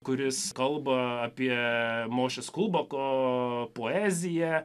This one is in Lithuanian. kuris kalba apie mošės kulboko poeziją